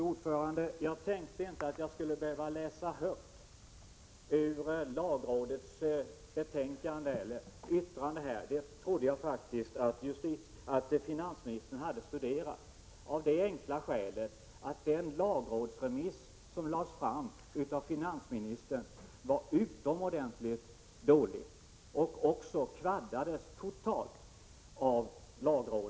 Fru talman! Jag tänkte inte att jag skulle behöva läsa högt ur lagrådets yttrande — det trodde jag faktiskt att finansministern hade studerat. Det trodde jag av det enkla skälet att det lagförslag som lades fram av finansministern för lagrådet var utomordentligt dåligt och även totalt kvaddades av lagrådet.